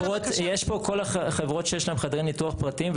יש פה כל החברות שיש להם חדרי ניתוח פרטיים.